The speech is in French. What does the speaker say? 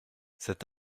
cet